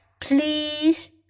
please